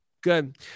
Good